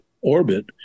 orbit